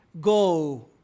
go